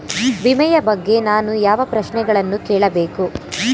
ವಿಮೆಯ ಬಗ್ಗೆ ನಾನು ಯಾವ ಪ್ರಶ್ನೆಗಳನ್ನು ಕೇಳಬೇಕು?